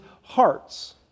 hearts